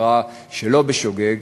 התרעה שלא בשוגג,